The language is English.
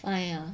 哎呀